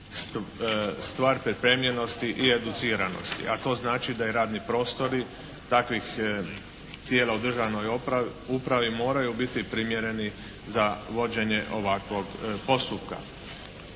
stvar pripremljenosti i educiranosti. A to znači da i radni prostori takvih tijela u državnoj upravi moraju biti primjereni za vođenje ovakvog postupka.